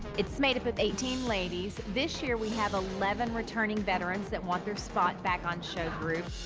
it's made up of eighteen ladies. this year we have eleven returning veterans that want their spot back on show group.